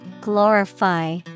Glorify